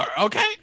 Okay